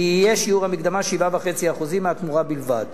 יהיה שיעור המקדמה 7.5% מהתמורה בלבד.